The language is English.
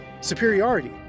superiority